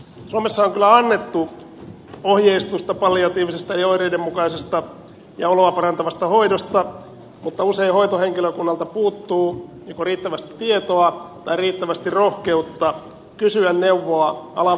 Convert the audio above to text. suomessa on kyllä annettu ohjeistusta palliatiivisesta eli oireiden mukaisesta ja oloa parantavasta hoidosta mutta usein hoitohenkilökunnalta puuttuu joko riittävästi tietoa tai riittävästi rohkeutta kysyä neuvoa alan varsinaisilta asiantuntijoilta